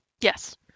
Yes